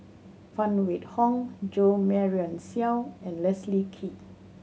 Phan Wait Hong Jo Marion Seow and Leslie Kee